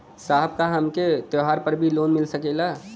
साहब का हमके त्योहार पर भी लों मिल सकेला?